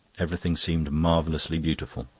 everything seemed marvellously beautiful.